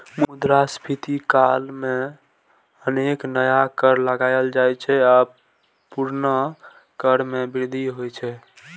मुद्रास्फीति काल मे अनेक नया कर लगाएल जाइ छै आ पुरना कर मे वृद्धि होइ छै